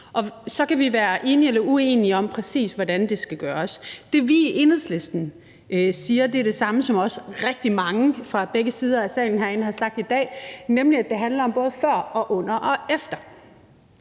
og så kan vi være enige eller uenige om, præcis hvordan det skal gøres. Men det, som vi i Enhedslisten siger, er det samme, som rigtig mange andre fra begge sider af salen herinde også har sagt i dag, nemlig at det både handler om før, under og efter